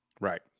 Right